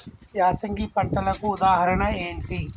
యాసంగి పంటలకు ఉదాహరణ ఏంటి?